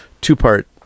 two-part